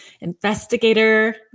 investigator